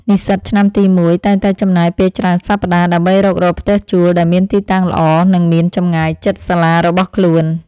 និស្សិតឆ្នាំទីមួយតែងតែចំណាយពេលច្រើនសប្តាហ៍ ដើម្បីរុករកផ្ទះជួលដែលមានទីតាំងល្អនិងមានចម្ងាយជិតសាលារបស់ខ្លួន។